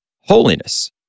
holiness